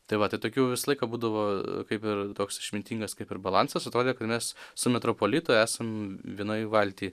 tai va tai tokių visą laiką būdavo kaip ir toks išmintingas kaip ir balansas atrodė kad mes su metropolitu esam vienoj valty